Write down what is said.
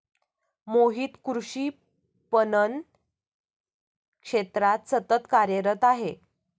मोहित कृषी पणन क्षेत्रात सतत कार्यरत आहे